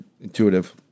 intuitive